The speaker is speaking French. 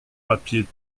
papier